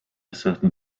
certain